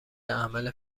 عمل